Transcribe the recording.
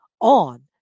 on